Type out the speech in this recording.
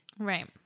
Right